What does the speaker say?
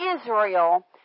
Israel